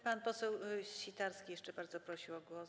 Pan poseł Sitarski jeszcze bardzo prosił o głos.